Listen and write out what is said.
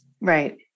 Right